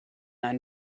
ein